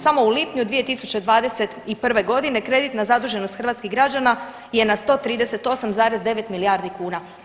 Samo u lipnju 2021. godine kreditna zaduženost hrvatskih građana je na 138,9 milijardi kuna.